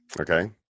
okay